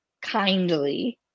kindly